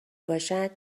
باشد